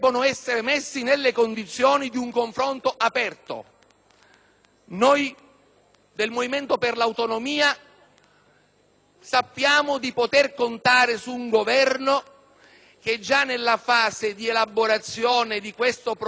Noi del Movimento per l'Autonomia sappiamo di poter contare su un Governo che già nella fase di elaborazione di questo progetto di legge delega in Commissione